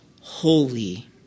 holy